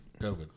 COVID